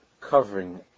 covering